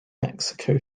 mexico